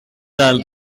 del